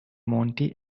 monti